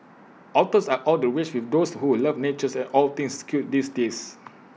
otters are all the rage with those who love nature and all things cute these days